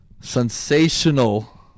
sensational